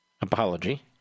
apology